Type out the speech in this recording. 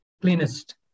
cleanest